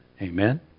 Amen